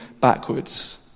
backwards